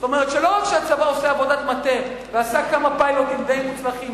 זאת אומרת שלא רק שהצבא עושה עבודת מטה ועשה כמה פיילוטים די מוצלחים,